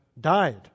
died